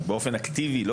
רק באופן אקטיבי,